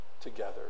together